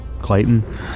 Clayton